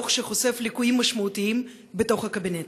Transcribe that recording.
דוח שחושף ליקויים משמעותיים בתוך הקבינט.